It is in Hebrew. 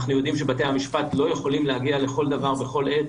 אנחנו יודעים שבתי המשפט לא יכולים להגיע לכל דבר בכל עת,